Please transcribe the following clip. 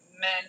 men